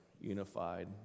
unified